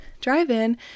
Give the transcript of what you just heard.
drive-in